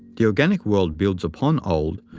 the organic world builds upon old,